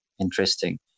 interesting